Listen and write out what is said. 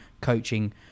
coaching